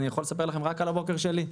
אני יכול לספר לכם רק על הבוקר שלי,